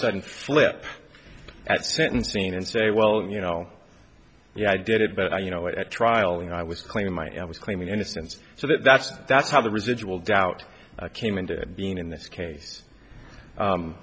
sudden flip at sentencing and say well you know yeah i did it but i you know it at trial when i was playing my end was claiming innocence so that's that's how the residual doubt came into being in this case